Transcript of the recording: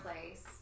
place